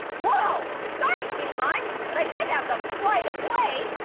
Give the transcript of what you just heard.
whoa, sorry skinny mime but i did have the flight of way.